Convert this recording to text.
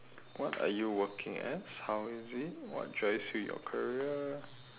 what are you working as how is it what drives you your career